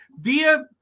via